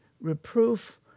reproof